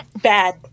bad